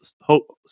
Hope